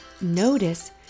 notice